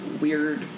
weird